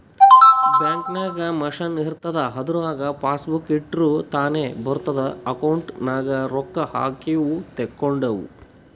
bank ನಾಗ್ machine ಇರ್ತುದ್ ಅದುರಾಗ್ ಪಾಸಬುಕ್ ಇಟ್ಟುರ್ ತಾನೇ ಬರಿತುದ್ ಅಕೌಂಟ್ ನಾಗ್ ರೊಕ್ಕಾ ಹಾಕಿವು ತೇಕೊಂಡಿವು